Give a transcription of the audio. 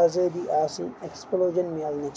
آزٲدی آسٕنۍ اٮ۪کٕسپٕلوجن میلنٕچ